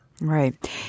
Right